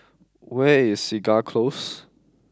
where is Segar Close